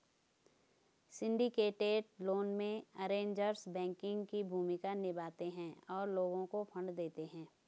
syndicated loan में, arrangers banking की भूमिका निभाते हैं और लोगों को फंड देते हैं